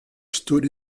stood